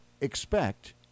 expect